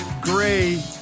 gray